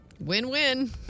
Win-win